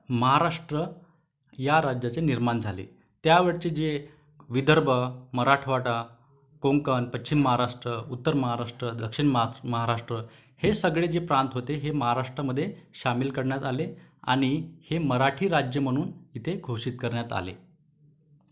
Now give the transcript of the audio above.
महाराष्ट्र या राज्याचे निर्माण झाले त्या वेळचे जे विदर्भ मराठवाडा कोंकण पश्चिम महाराष्ट्र उत्तर महाराष्ट्र दक्षिण महा महाराष्ट्र हे सगळे जे प्रांत होते हे महाराष्ट्रमध्ये सामील करण्यात आले आणि हे मराठी राज्य म्हणून इथे घोषित करण्यात आले